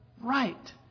right